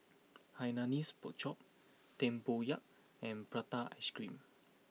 Hainanese Pork Chop Tempoyak and Prata Ice Cream